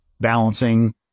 balancing